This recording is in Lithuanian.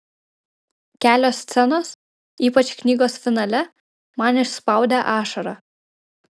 kelios scenos ypač knygos finale man išspaudė ašarą